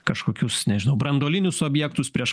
kažkokius nežinau branduolinius objektus prieš